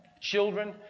children